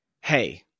Hey